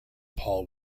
paul